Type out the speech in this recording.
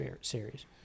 series